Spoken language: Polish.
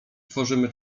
tworzymy